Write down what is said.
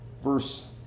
verse